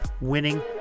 winning